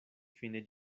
fine